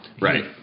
Right